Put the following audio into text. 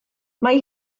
mae